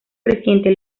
recientes